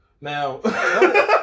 Now